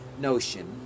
notion